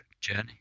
Journey